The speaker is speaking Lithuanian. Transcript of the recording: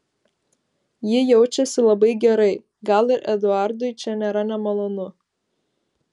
ji jaučiasi labai gerai gal ir eduardui čia nėra nemalonu